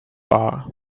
are